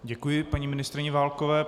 Děkuji paní ministryni Válkové.